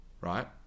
right